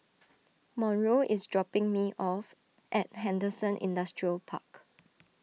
Monroe is dropping me off at Henderson Industrial Park